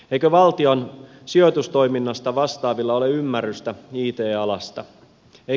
eikö valtion sijoitustoiminnasta vastaavilla ole ymmärrystä it alasta